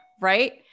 right